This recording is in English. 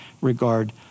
regard